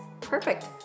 perfect